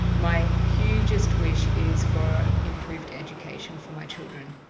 my hugest wish is for improved education for my children.